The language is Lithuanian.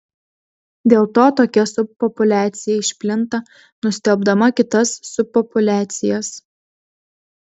dėl to tokia subpopuliacija išplinta nustelbdama kitas subpopuliacijas